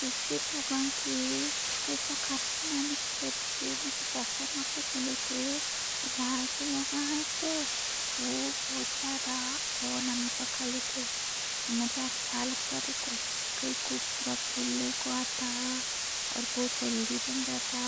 دوسرے لوگوں کے کھانا بنانے کے طریقے مجھے پسند آتے، بولے تو مہاں کے لوگ اوون میں بہت زیادہ پکا لیتے۔ مجھے اچھا لگتا، دیکھو کیک کوں پورا پھولنے کوں آتا اور جلدی بن جاتا۔